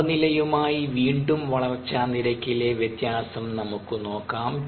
താപനിലയുമായി വീണ്ടും വളർച്ചാ നിരക്കിലെ വ്യത്യാസം നമുക്ക് നോക്കാം